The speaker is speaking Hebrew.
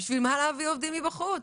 למה להביא עובדים מבחוץ,